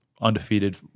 undefeated